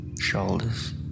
shoulders